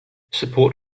support